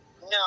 No